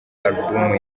alubumu